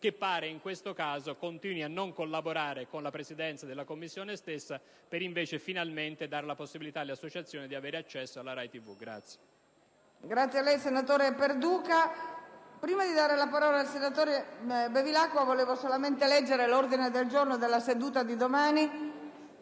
che pare in questo caso continui a non collaborare con la Presidenza della Commissione stessa per dare finalmente la possibilità alle associazioni di avere accesso alla RAI-TV. **Per